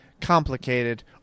complicated